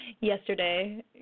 yesterday